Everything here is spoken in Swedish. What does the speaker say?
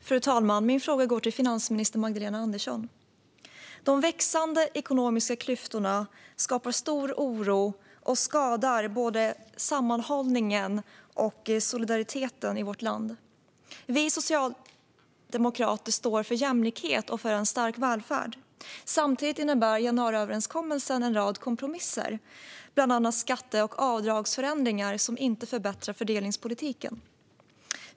Fru talman! Min fråga går till finansminister Magdalena Andersson. De växande ekonomiska klyftorna skapar stor oro och skadar både sammanhållningen och solidariteten i vårt land. Vi socialdemokrater står för jämlikhet och för en stark välfärd. Samtidigt innebär januariöverenskommelsen en rad kompromisser, bland annat skatte och avdragsförändringar som inte förbättrar fördelningspolitiken.